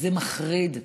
זה מחריד.